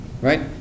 right